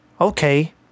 okay